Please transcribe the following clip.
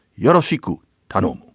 yodels sheku tunnel.